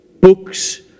Books